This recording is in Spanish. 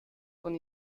con